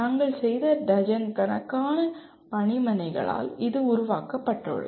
நாங்கள் செய்த டஜன் கணக்கான பணிமனைகளால் இது உருவாக்கப்பட்டுள்ளது